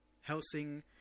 Helsing